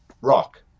rock